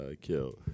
killed